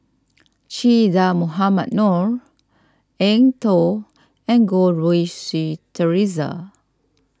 Che Dah Mohamed Noor Eng Tow and Goh Rui Si theresa